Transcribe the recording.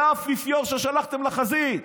זה האפיפיור ששלחתם לחזית.